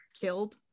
killed